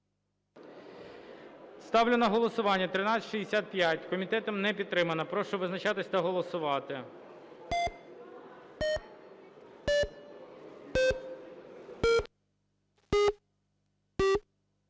Ставлю на голосування 1365. Комітетом не підтримано. Прошу визначатися та голосувати.